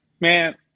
man